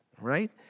right